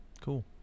Cool